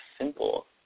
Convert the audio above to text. simple